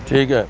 ਠੀਕ ਹੈ